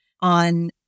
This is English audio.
on